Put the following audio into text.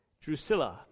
Drusilla